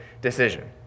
decision